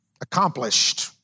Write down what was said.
accomplished